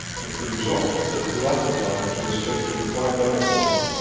with the result that he left the dog to his fate and climbed out of the well,